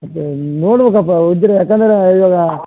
ಅದು ನೋಡಬೇಕಪ್ಪ ಉದ್ರಿ ಯಾಕಂದ್ರೆ ಇವಾಗ